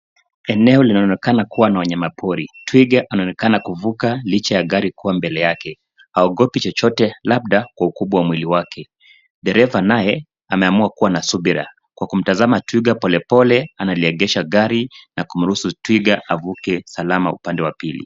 Eneo linaonekana kuwa na wanyama pori. Twiga anaonekana kuvuka licha ya gari kuwa mbele yake. Haogopi chochote labda kwa ukubwa wa mwili wake. Dereva naye ameamua kuwa na subira, Kwa kumtazama twiga polepole, analiegesha gari, na kumruhusu twiga avuke salama upande wa pili.